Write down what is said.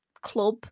club